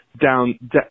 down